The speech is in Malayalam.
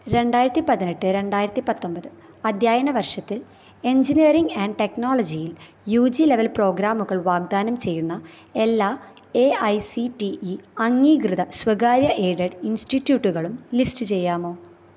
രണ്ടായിരത്തി പതിനെട്ട് രണ്ടായിരത്തി പത്തൊൻപത് അദ്ധ്യയന വർഷത്തിൽ എഞ്ചിനീയറിംഗ് ആൻഡ് ടെക്നോളജിയിൽ യൂ ജീ ലെവൽ പ്രോഗ്രാമുകൾ വാഗ്ദാനം ചെയ്യുന്ന എല്ലാ A I C T E അംഗീകൃത സ്വകാര്യ എയ്ഡഡ് ഇൻസ്റ്റിറ്റ്യൂട്ടുകളും ലിസ്റ്റ് ചെയ്യാമോ